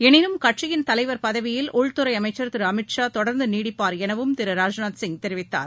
எனினம் கட்சியின் தலைவர் பதவியில் உள்துறை அமைச்சர் திரு அமித் ஷா தொடர்ந்து நீடிப்பார் எனவும் திரு ராஜ்நாத்சிங் தெரிவித்தார்